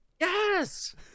yes